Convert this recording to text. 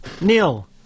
Neil